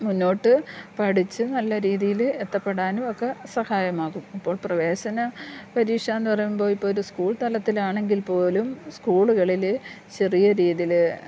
മുന്നോട്ട് പഠിച്ചു നല്ല രീതിയിൽ എത്തപ്പെടാനും ഒക്കെ സഹായമാകും ഇപ്പോൾ പ്രവേശന പരീക്ഷ എന്ന് പറയുമ്പോൾ ഇപ്പം ഒരു സ്കൂൾ തലത്തിലാണെങ്കിൽ പോലും സ്കൂളുകളിൽ ചെറിയ രീതിയിൽ